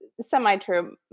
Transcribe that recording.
Semi-true